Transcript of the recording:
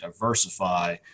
diversify